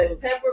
pepper